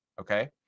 okay